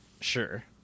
Sure